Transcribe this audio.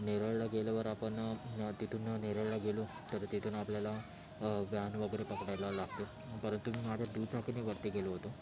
नेरळला गेल्यावर आपण तिथून नेरळला गेलो तर तिथून आपल्याला वॅन वगैरे पकडायला लागते परंतु मी माझ्या दुचाकीने वरती गेलो होतो